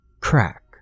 Crack